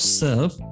serve